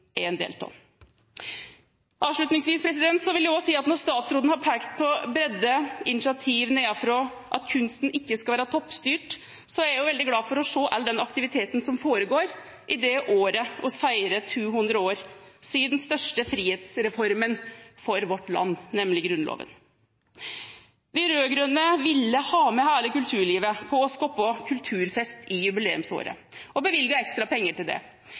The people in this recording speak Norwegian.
er en del av. Avslutningsvis vil jeg også si at når statsråden har pekt på bredde, initiativ nedenfra, og at kunsten ikke skal være toppstyrt, er jeg veldig glad for å se all den aktiviteten som foregår i det året vi feirer at det er 200 år siden den største frihetsreformen for vårt land, nemlig Grunnloven. De rød-grønne ville ha med hele kulturlivet på å skape kulturfest i jubileumsåret og bevilget ekstra penger og la noen premisser for det.